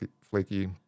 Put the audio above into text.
flaky